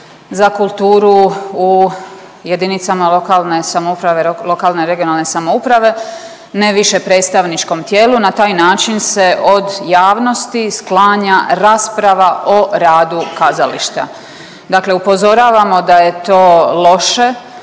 samouprave, lokalne i regionalne samouprave ne više predstavničkom tijelu na taj način se od javnosti sklanja rasprava o radu kazališta. Dakle, upozoravamo da je to loše,